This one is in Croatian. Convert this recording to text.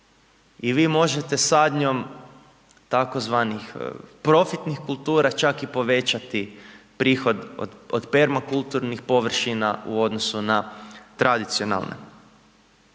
I vi možete sadnjom tzv. profitnih kultura čak i povećati prihod od permakulturnih površina u odnosu na tradicionalne.